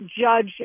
Judge